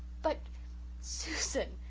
but susan!